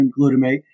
glutamate